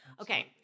Okay